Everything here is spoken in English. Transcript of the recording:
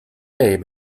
day